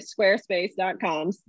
squarespace.com